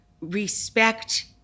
respect